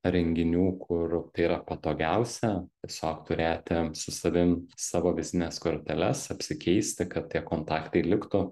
renginių kur tai yra patogiausia tiesiog turėti su savim savo vizitines korteles apsikeisti kad tie kontaktai liktų